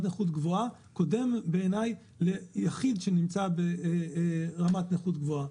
נכות גבוהה קודם בעיניי ליחיד שנמצא ברמת נכות גבוהה.